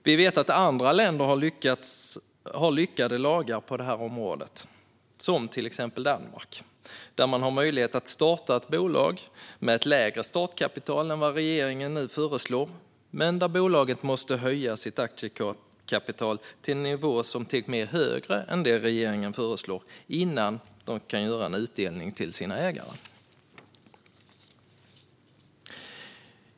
Vi vet att andra länder har lyckade lagar på det här området, till exempel Danmark där man har möjlighet att starta ett bolag med ett lägre startkapital än vad regeringen nu föreslår men där bolagen måste höja sitt kapital till en nivå som till och med är högre än det regeringen föreslår innan de kan göra utdelningar till sina ägare.